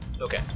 Okay